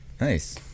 Nice